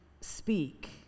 speak